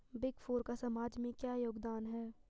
Big four का समाज में क्या योगदान है?